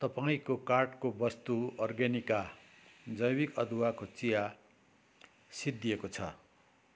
तपाईँको कार्टको वस्तु अर्ग्यानिक जैविक अदुवाको चिया सिद्धिएको छ